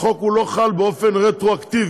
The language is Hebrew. החוק לא חל באופן רטרואקטיבי.